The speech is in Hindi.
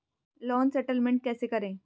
लोन सेटलमेंट कैसे करें?